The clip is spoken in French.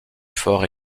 fort